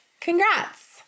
Congrats